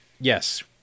yes